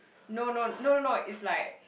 no no no no no is like